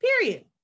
period